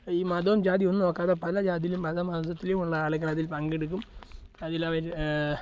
ഈ മതോം ജാതി ഒന്നും നോക്കാതെ പല ജാതിലും മതം മതത്തിലും ഉള്ള ആളുകൾ അതിൽ പങ്കെടുക്കും അതിലവർ